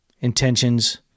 intentions